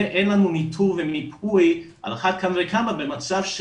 ואין לנו ניטור ומיפוי על אחת כמה וכמה במצב של